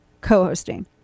co-hosting